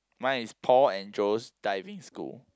mine is Paul and Joe's Diving School